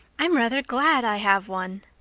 i'm rather glad i have one.